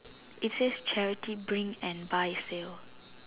it says charity bring and buy sale